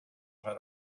had